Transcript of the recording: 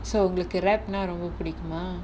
so ஒங்களுக்கு:ongalukku rap ரொம்ப புடிக்குமா:romba pudikumaa